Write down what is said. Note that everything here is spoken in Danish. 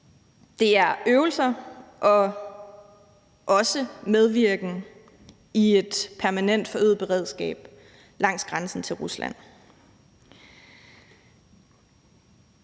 det er øvelser; og også medvirken i et permanent forøget beredskab langs grænsen til Rusland.